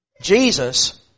Jesus